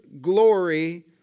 glory